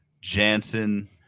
Jansen